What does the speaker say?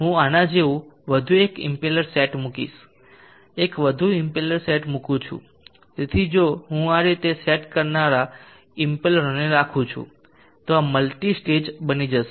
હું આના જેવું વધુ એક ઇમ્પેલર સેટ મૂકીશ એક વધુ ઇમ્પેલર સેટ મૂકું છું તેથી જો હું આ રીતે સેટ કરનારા ઇમ્પેલરોને રાખું છું તો આ મલ્ટી સ્ટેજ બની જશે